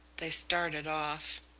they started off.